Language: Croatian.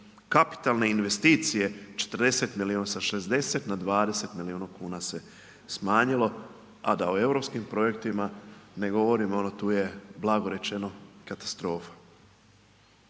Kapitalne investicije, 40 milijuna, sa 60 na 20 milijuna kuna se smanjilo, a da o EU projektima ne govorim, ono, tu je blago rečeno katastrofa.